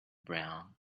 brown